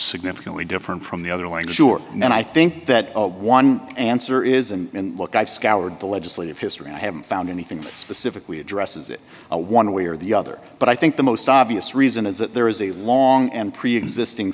significantly different from the other language or and i think that one answer is and look i've scoured the legislative history i haven't found anything specifically addresses it a one way or the other but i think the most obvious reason is that there is a long and preexisting